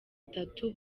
itatu